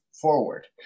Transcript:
forward